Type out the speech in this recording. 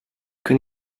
can